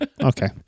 okay